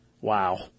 Wow